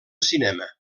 cinema